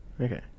Okay